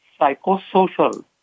psychosocial